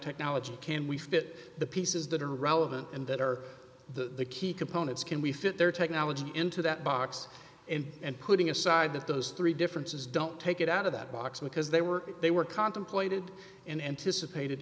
technology can we fit the pieces that are relevant and that are the key components can we fit their technology into that box and putting aside that those three differences don't take it out of that box because they were they were contemplated in anticipated